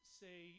say